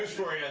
for yeah